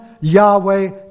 Yahweh